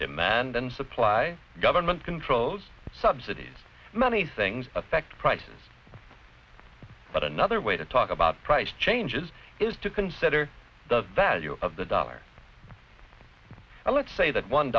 demand and supply government controls subsidies many things affect prices but another way to talk about price changes is to consider the value of the dollar and let's say that one